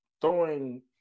throwing